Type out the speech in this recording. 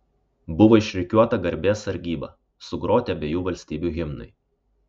buvo išrikiuota garbės sargyba sugroti abiejų valstybių himnai